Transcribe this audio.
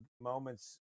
moments